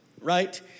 right